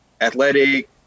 athletic